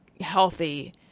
healthy –